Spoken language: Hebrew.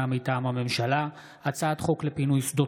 הצעת חוק התפזרות